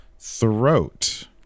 throat